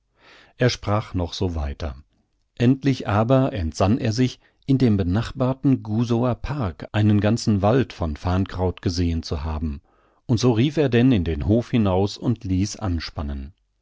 er sprach noch so weiter endlich aber entsann er sich in dem benachbarten gusower park einen ganzen wald von farrnkraut gesehn zu haben und so rief er denn in den hof hinaus und ließ anspannen